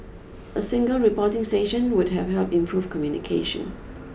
a single reporting station would have helped improve communication